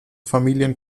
familien